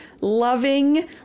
loving